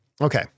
Okay